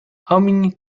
omiń